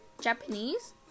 japanese